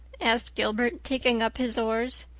asked gilbert, taking up his oars.